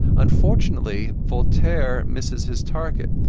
unfortunately, voltaire misses his target.